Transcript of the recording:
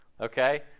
Okay